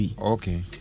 Okay